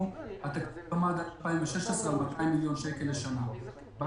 התקציב עמד ב-2016 על 200 מיליון שקל לשנה.